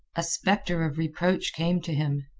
a specter of reproach came to him.